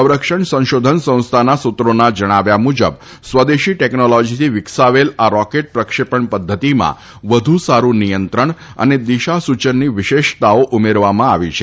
સંરક્ષણ સંશોધન સંસ્થાના સુત્રોના જણાવ્યા મુજબ સ્વદેશી ટેકનોલોજીથી વિકસાવેલ આ રોકેટ પ્રક્ષેપણ પદ્ધતિમાં વધુ સારુ નિયંત્રણ અને દિશા સૂચનની વિશેષતાઓ ઉમેરવામાં આવી છે